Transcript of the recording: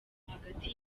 hagati